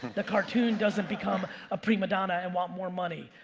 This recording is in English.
the cartoon doesn't become a prima donna and want more money.